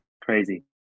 Crazy